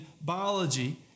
biology